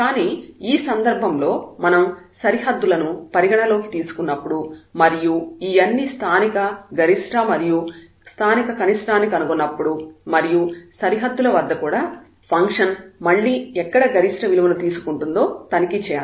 కానీ ఈ సందర్భంలో మనం సరిహద్దులను పరిగణలోకి తీసుకున్నప్పుడు మరియు ఈ అన్ని స్థానిక గరిష్ట మరియు స్థానిక కనిష్ఠాన్ని కనుగొన్నప్పుడు మరియు సరిహద్దుల వద్ద కూడా ఫంక్షన్ మళ్ళీ ఎక్కడ గరిష్ట విలువను తీసుకుంటుందో తనిఖీ చేయాలి